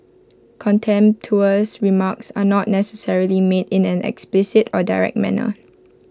contemptuous remarks are not necessarily made in an explicit or direct manner